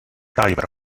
diver